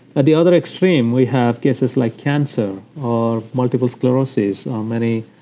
at the other extreme, we have cases like cancer or multiple sclerosis or many.